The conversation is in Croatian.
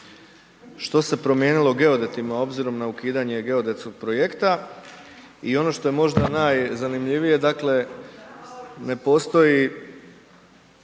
što se promijenilo geodetima obzirom na ukidanje geodetskog projekta i ono što je možda najzanimljivije ne postoji